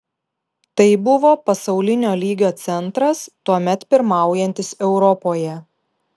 tai buvo pasaulinio lygio centras tuomet pirmaujantis europoje